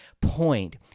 point